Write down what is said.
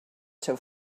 seu